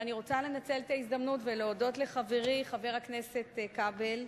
ואני רוצה לנצל את ההזדמנות ולהודות לחברי חבר הכנסת כבל,